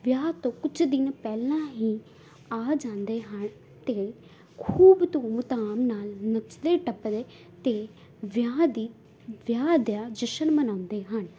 ਵਿਆਹ ਤੋਂ ਕੁਛ ਦਿਨ ਪਹਿਲਾਂ ਹੀ ਆ ਜਾਂਦੇ ਹਨ ਅਤੇ ਖੂਬ ਧੂਮ ਧਾਮ ਨਾਲ ਨੱਚਦੇ ਟੱਪਦੇ ਅਤੇ ਵਿਆਹ ਦੀ ਵਿਆਹ ਦਾ ਜਸ਼ਨ ਮਨਾਉਂਦੇ ਹਨ